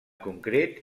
concret